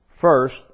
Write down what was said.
First